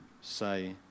say